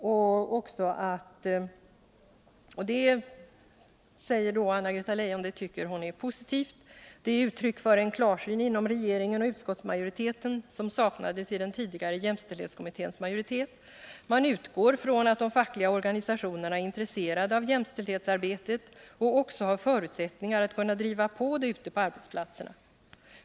Detta är positivt, sade Anna-Greta Leijon och fortsatte: ”Det är uttryck för en klarsyn inom regeringen och utskottmajoriteten, som saknades i den tidigare jämställdhetskommitténs majoritet. Här utgår man från att de fackliga organisationerna är intresserade av jämställdhetsarbetet och också har förutsättningar att kunna driva det ute på arbetsplatserna.